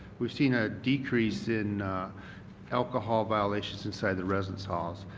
we've seen a decrease in alcohol violations inside the residence halls.